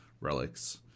relics